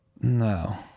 No